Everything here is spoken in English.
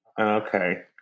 Okay